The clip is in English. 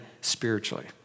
spiritually